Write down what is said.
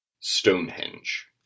Stonehenge